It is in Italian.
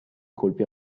colpi